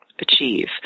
achieve